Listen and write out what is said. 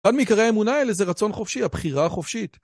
אחד מקרי האמונה האלה זה רצון חופשי, הבחירה החופשית.